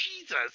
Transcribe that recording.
Jesus